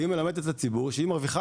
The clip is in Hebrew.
והיא מלמדת את הציבור שהיא מרוויחה